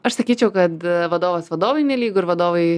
aš sakyčiau kad vadovas vadovui nelygu ir vadovai